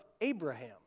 Abraham